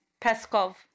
Peskov